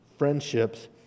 friendships